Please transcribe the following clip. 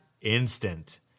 instant